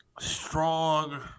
strong